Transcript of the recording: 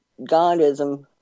godism